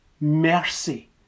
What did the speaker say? mercy